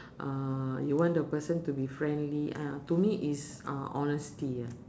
uh you want the person to be friendly eh to me is uh honesty ah